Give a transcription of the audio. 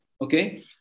Okay